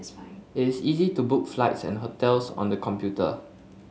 it is easy to book flights and hotels on the computer